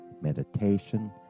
meditation